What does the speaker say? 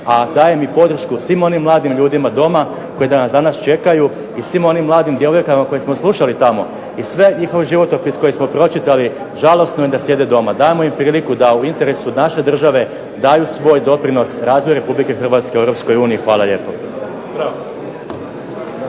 a dajem i podršku svim onim mladim ljudima doma koji danas čekaju i svim onim mladim djevojkama koje smo slušali tamo i sve njihove životopise koje smo pročitali, žalosno je da sjede doma. Dajmo im priliku da u interesu naše države daju svoj doprinos razvoju RH u EU. Hvala lijepo.